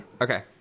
Okay